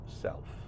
self